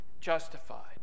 Justified